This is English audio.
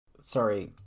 Sorry